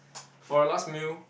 for your last meal